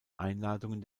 einladungen